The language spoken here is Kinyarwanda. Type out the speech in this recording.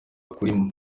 kuri